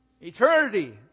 Eternity